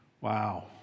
Wow